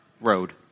road